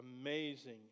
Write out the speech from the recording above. amazing